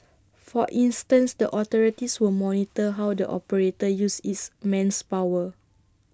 for instance the authorities will monitor how the operator uses its man's power